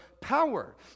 power